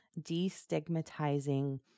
destigmatizing